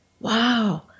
wow